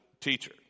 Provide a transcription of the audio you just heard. teacher